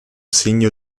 segno